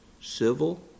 civil